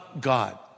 God